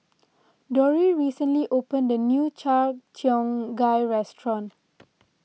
Dori recently opened a new Cheong Gai restaurant